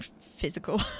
physical